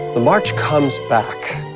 the march comes back